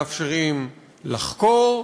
מאפשרים לחקור,